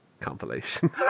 compilation